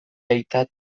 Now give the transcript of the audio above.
aita